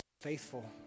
faithful